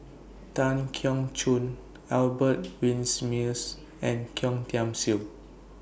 Tan Keong Choon Albert Winsemius and Yeo Tiam Siew